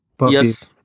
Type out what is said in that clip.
yes